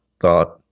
thought